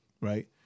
Right